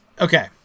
Okay